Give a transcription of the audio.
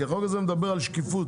כי החוק הזה מדבר על שקיפות,